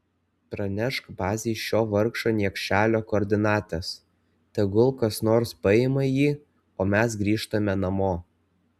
pranešk bazei šio vargšo niekšelio koordinates tegul kas nors paima jį o mes grįžtame namo